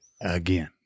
Again